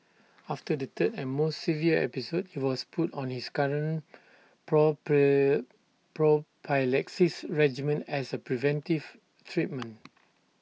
after the third and most severe episode he was put on his current prophylaxis regimen as A preventive treatment